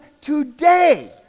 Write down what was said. today